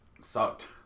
sucked